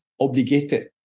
obligated